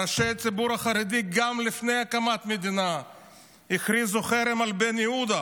ראשי הציבור החרדי לפני הקמת המדינה גם הכריזו חרם על בן-יהודה,